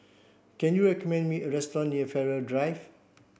can you recommend me a restaurant near Farrer Drive